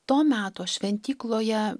to meto šventykloje